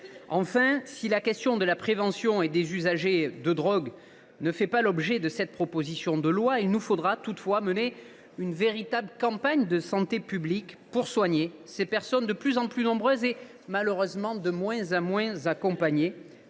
Enfin, même si la question de la prévention et des usagers de drogue n’est pas l’objet de cette proposition de loi, il nous faudra mener une véritable campagne de santé publique pour soigner ces personnes de plus en plus nombreuses et de moins en moins accompagnées.